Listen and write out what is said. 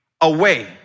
away